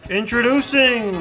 introducing